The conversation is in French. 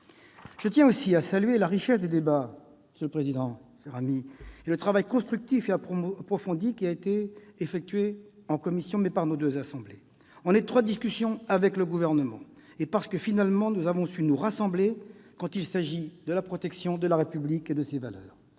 Je tiens aussi à saluer la richesse des débats, monsieur le président, cher ami, et le travail constructif et approfondi qui a été effectué par nos deux assemblées, en étroite discussion avec le Gouvernement. Finalement, nous savons nous rassembler quand il s'agit de la protection de la République et de ses valeurs.